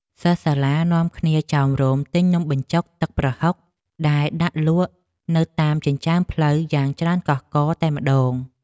សិស្សសាលានាំគ្នាចោមរោមទិញនំបញ្ចុកទឹកប្រហុកដែលដាក់លក់នៅតាមចិញ្ចើមផ្លូវយ៉ាងច្រើនកុះករតែម្តង។